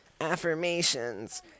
affirmations